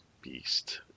beast